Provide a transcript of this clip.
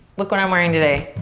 look what i'm wearing today,